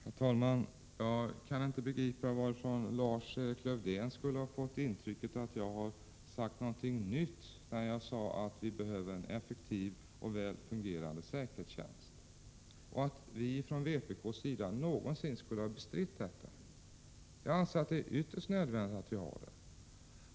Herr talman! Jag kan inte begripa varifrån Lars-Erik Lövdén skulle ha fått intrycket att jag har sagt något nytt när jag sade att vi behöver en effektiv och väl fungerande säkerhetstjänst och att vi från vpk:s sida någonsin skulle ha bestritt detta. Jag anser det ytterst nödvändigt att vi har det.